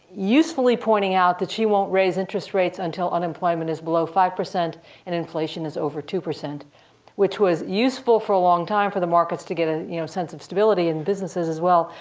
usefully pointing out that she won't raise interest rates until unemployment is below five percent and inflation is over two, which was useful for a long time for the markets to get a you know sense of stability and businesses as well.